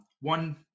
one